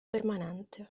permanente